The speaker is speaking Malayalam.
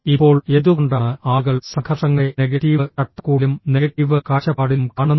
ഇപ്പോൾ എന്തുകൊണ്ടാണ് ആളുകൾ സംഘർഷങ്ങളെ നെഗറ്റീവ് ചട്ടക്കൂടിലും നെഗറ്റീവ് കാഴ്ചപ്പാടിലും കാണുന്നത്